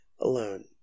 alone